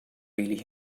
really